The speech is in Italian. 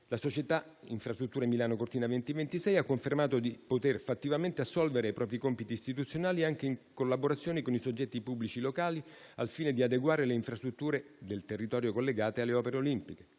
La società Infrastrutture Milano Cortina 2020-2026 ha confermato di poter fattivamente assolvere ai propri compiti istituzionali, anche in collaborazione con i soggetti pubblici locali, al fine di adeguare le infrastrutture del territorio collegate alle opere olimpiche.